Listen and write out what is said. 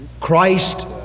Christ